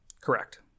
Correct